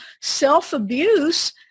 self-abuse